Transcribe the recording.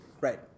Right